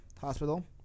Hospital